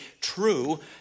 true